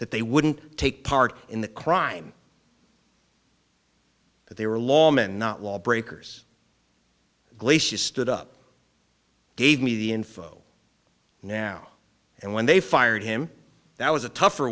that they wouldn't take part in the crime that they were lawmen not lawbreakers glaciers stood up gave me the info now and when they fired him that was a tougher